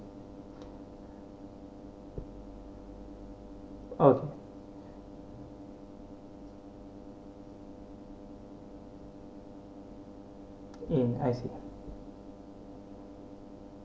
okay um I see